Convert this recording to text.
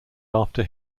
after